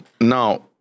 now